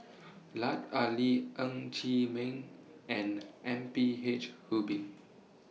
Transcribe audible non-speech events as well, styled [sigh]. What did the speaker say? Lut Ali Ng Chee Meng and M P H Rubin [noise]